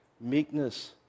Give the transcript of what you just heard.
Meekness